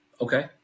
Okay